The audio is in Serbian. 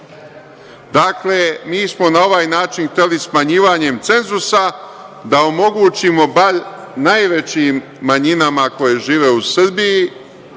mi smo na ovaj način hteli smanjivanjem cenzusa, da omogućimo bar najvećim manjinama koje žive u Srbiji,